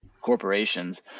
corporations